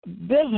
business